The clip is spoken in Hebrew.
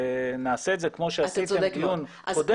נעשה את זה כמו שעשיתם בדיון קודם.